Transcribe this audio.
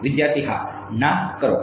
વિદ્યાર્થી હા ના કરો